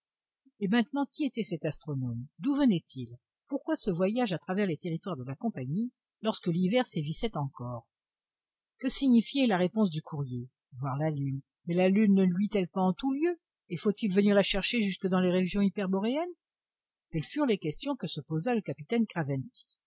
et maintenant qui était cet astronome d'où venait-il pourquoi ce voyage à travers les territoires de la compagnie lorsque l'hiver sévissait encore que signifiait la réponse du courrier voir la lune mais la lune ne luit elle pas en tous lieux et faut-il venir la chercher jusque dans les régions hyperboréennes telles furent les questions que se posa le capitaine craventy